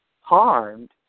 harmed